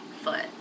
foot